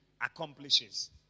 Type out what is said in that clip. accomplishes